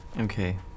Okay